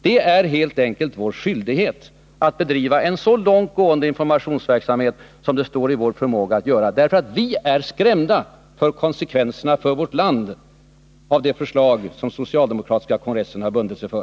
Det är helt enkelt vår skyldighet att bedriva en så långt gående informationsverksamhet som det står i vår förmåga att genomföra. Vi är nämligen skrämda av konsekvenserna för vårt land av det förslag som den socialdemokratiska kongressen har bundit sig för.